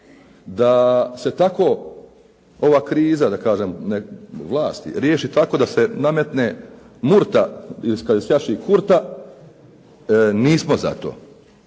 da se tako ova kriza da kažem ne vlasti, riješi tako da se nametne murta ili kada sjaši kurta, nismo za to.